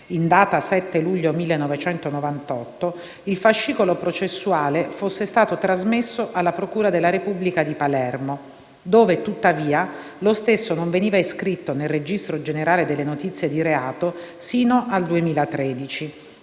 in data 7 luglio 1998, il fascicolo processuale fosse stato trasmesso alla procura della Repubblica di Palermo, dove, tuttavia, lo stesso non veniva iscritto nel registro generale delle notizie di reato sino al 2013,